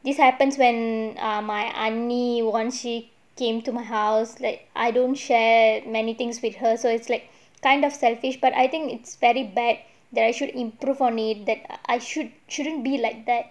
this happens when err my அண்ணி:anni when she came to my house like I don't share many things with her so it's like kind of selfish but I think it's very bad that I should improve on it that I should shouldn't be like that